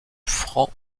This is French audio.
francs